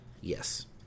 yes